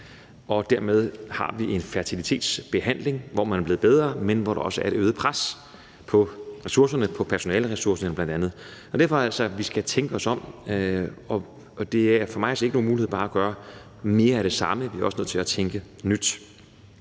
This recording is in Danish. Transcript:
og dermed har vi en fertilitetsbehandling, hvor man er blevet bedre, men hvor der også er et øget pres på ressourcerne, på bl.a. personaleressourcerne, og derfor skal vi altså tænke os om, og det er for mig at se ikke nogen mulighed bare at gøre mere af det samme, får vi er også nødt til at tænke nyt.